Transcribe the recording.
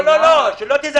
לא, לא, לא, שלא תזלזל.